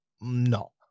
no